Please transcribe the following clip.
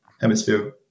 hemisphere